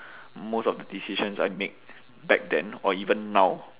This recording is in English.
most of the decisions I make back then or even now